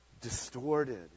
distorted